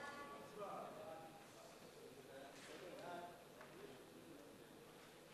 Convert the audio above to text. ההצעה להעביר את הצעת חוק טיפול בחולי נפש